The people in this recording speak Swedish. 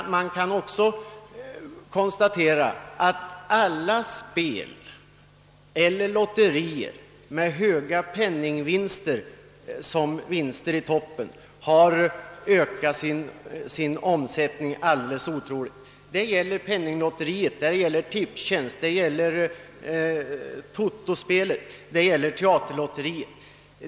Men man kan också konstatera att alla lotterier och andra spel med höga penningvinster i toppen har ökat sin omsättning alldeles otroligt. Det gäller penninglotteriet, tippningen, totospel och teaterlotteriet.